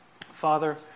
Father